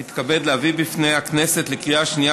אני מתכבד להביא בפני הכנסת לקריאה שנייה